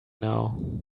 now